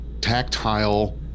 tactile